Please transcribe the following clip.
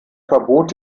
verbot